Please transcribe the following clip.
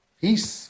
Peace